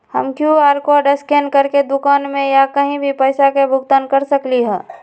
हम Q R code scan करके दुकान में या कहीं भी पैसा के भुगतान कर सकली ह?